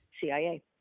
CIA